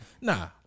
nah